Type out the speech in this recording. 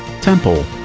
Temple